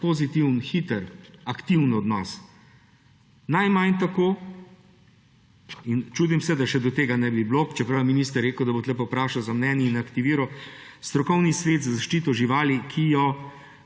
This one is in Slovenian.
pozitiven, hiter, aktiven odnos. Najmanj tako, in čudim se, da tega ne bi bilo, čeprav je minister rekel, da bo tukaj povprašal za mnenje in aktiviral Strokovni svet za zaščito živali, ki ga